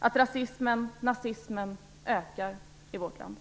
Även rasismen och nazismen ökar i vårt land.